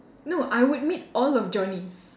no I would meet all of Johnny's